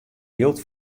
jild